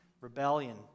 rebellion